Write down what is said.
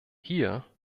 hier